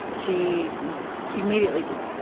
ah she immediately just.